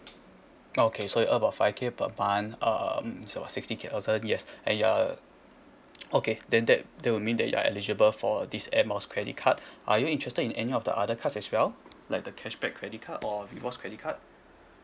okay so you earn about five K per month um so about sixty K and so yes and you are okay then that that would mean that you are eligible for this air miles credit card are you interested in any of the other card as well like the cashback credit card or rewards credit card